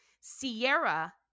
Sierra